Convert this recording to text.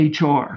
HR